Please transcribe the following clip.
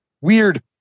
Weird